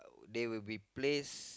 they will be placed